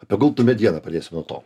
apie gultų medieną dieną pradės nuo to